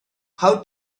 how